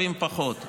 טובים פחות.